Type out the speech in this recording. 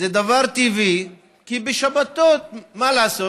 זה דבר טבעי, כי בשבתות, מה לעשות?